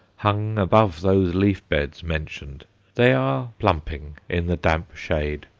hung above those leaf-beds mentioned they are plumping in the damp shade.